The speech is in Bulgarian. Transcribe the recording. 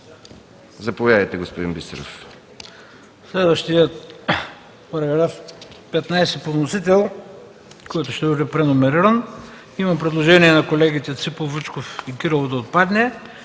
Заповядайте, господин Костов.